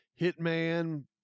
hitman